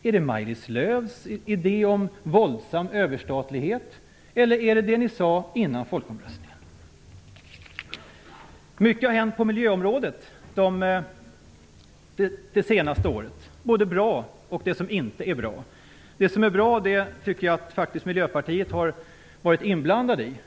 Är det Maj-Lis Lööws idé om våldsam överstatlighet eller röstar man på det ni sade innan folkomröstningen? Mycket har hänt på miljöområdet det senaste året, både sådant som är bra och sådant som inte är bra. Det som är bra tycker jag faktiskt att Miljöpartiet har varit inblandat i.